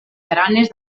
baranes